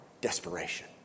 Desperation